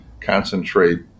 concentrate